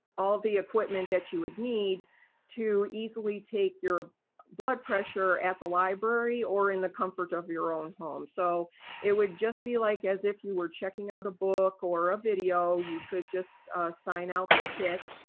all the equipment that you would need to easily take your blood pressure at the library, or in the comfort of your own home. so it would just be like as if you were checking out a book, or a video, you could just sign out the kit.